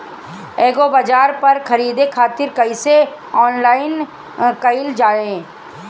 एग्रीबाजार पर खरीदे खातिर कइसे ऑनलाइन कइल जाए?